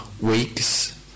weeks